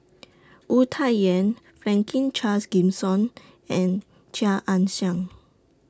Wu Tsai Yen Franklin Charles Gimson and Chia Ann Siang